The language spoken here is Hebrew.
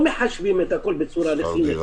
הם לא מחשבים את הכל בצורה נכונה.